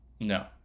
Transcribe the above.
no